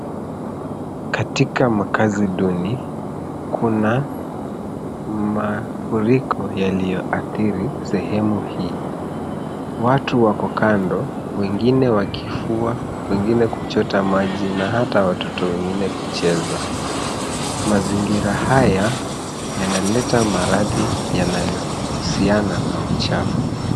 Katika makazi duni, kuna mafuriko yaliyoathiri sehemu hii. Watu wako kando, wengine wakifua, wengine kuchota maji na hata watoto wengine kucheza. Mazingira haya yanaleta maradhi yanayohusiana na uchafu.